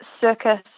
circus